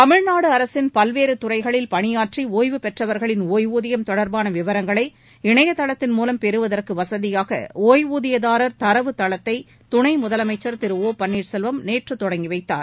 தமிழ்நாடு அரசின் பல்வேறு துறைகளில் பணியாற்றி ஒய்வுபெற்றவர்களின் ஒய்வுதியம் தொடர்பான விவரங்களை இணையதளத்தின் மூலம் பெறுவதற்கு வசதியாக ஒய்வூதியதாரர் தரவு தளத்தை துணை முதலமைச்சர் திரு ஒபன்னீர்செல்வம் நேற்று தொடங்கிவைத்தார்